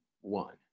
one